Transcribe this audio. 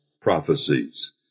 prophecies